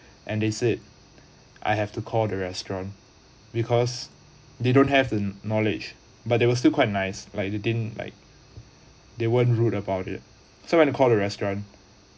and they said I have to call the restaurant because they don't have the knowledge but they were still quite nice like they didn't like they weren't rude about it so when I call the restaurant